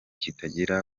kitagira